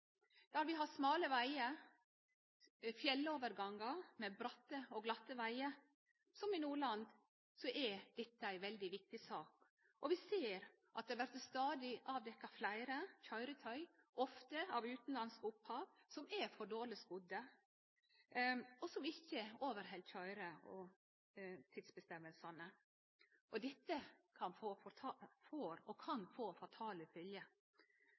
der vi har smale vegar og fjellovergangar med bratte og glatte vegar, som i Nordland, er dette ei veldig viktig sak. Vi ser at det vert avdekka stadig fleire køyretøy, ofte av utanlandsk opphav, som er for dårleg skodde, og som ikkje overheld reglane om køyre- og kviletid. Dette får og kan få